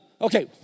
okay